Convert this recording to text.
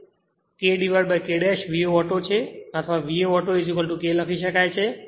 તેથી તે K K VA auto છે અથવા VA auto K લખી શકાય છે